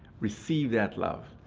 receive that love.